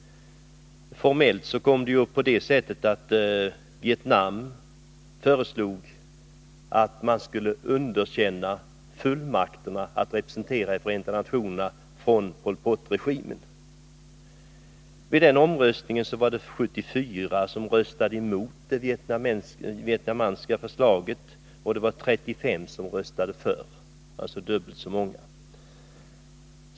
Formellt kom ärendet upp på det sättet att Vietnam föreslog att man skulle underkänna fullmakterna för Pol Pot-regimen att representera Kampuchea i FN. Vid omröstningen röstade 74 emot detta vietnamesiska förslag och 35 röstade för. Det var alltså dubbelt så många som röstade mot förslaget.